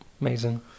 Amazing